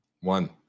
One